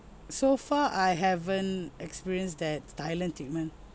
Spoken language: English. so far I haven't experienced that silent treatment